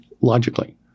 logically